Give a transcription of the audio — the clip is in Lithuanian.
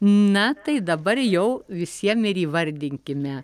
na tai dabar jau visiem ir įvardinkime